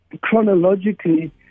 chronologically